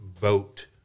vote